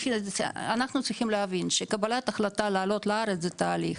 אנחנו צריכים להבין שקבלת החלטה לעלות לארץ זה תהליך,